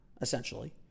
Essentially